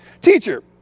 Teacher